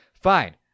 Fine